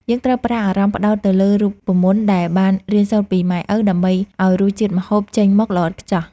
យើងត្រូវប្រើអារម្មណ៍ផ្ដោតទៅលើរូបមន្តដែលបានរៀនសូត្រពីម៉ែឪ ដើម្បីឱ្យរសជាតិម្ហូបចេញមកល្អឥតខ្ចោះ។